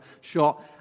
shot